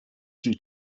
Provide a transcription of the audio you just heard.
three